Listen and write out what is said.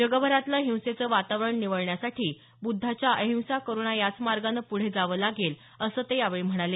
जगभरातलं हिंसेचं वातावरण निवळण्यासाठी बुद्धाच्या अहिंसा करुणा याच मार्गाने पुढे जावं लागेल असं ते यावेळी म्हणाले